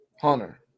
Hunter